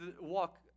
walk